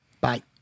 Bye